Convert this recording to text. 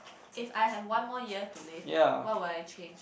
if I have one more year to live what would I change